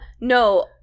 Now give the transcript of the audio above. no